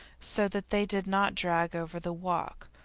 so that they did not drag over the walk,